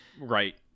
Right